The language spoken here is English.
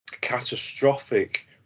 catastrophic